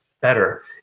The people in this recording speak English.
better